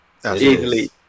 Easily